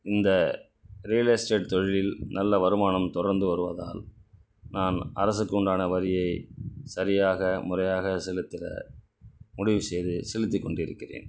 இந்த real estate தொழிலில் நல்ல வருமானம் தொடர்ந்து வருவதால் நான் அரசுக்கு உண்டான வரியை சரியாக முறையாக செலுத்திட முடிவு செய்து செலுத்திக் கொண்டிருக்கிறேன்